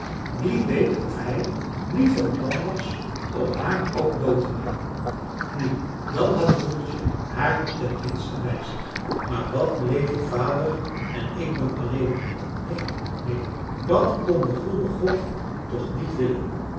wie weet of hij niet van plan was om haar ook dood te maken nu dan had broertje hààr ten minste bij zich maar wat bleven vader en ik dan alleenig neen neen dat kon de goede god toch niet willen